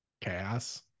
chaos